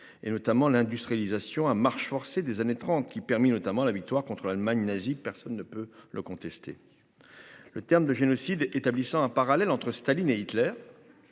et notamment l'industrialisation à marche forcée des années 30 qui permit notamment la victoire contre l'Allemagne nazie. Personne ne peut le contester. Le terme de génocide, établissant un parallèle entre Staline et Hitler.